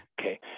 okay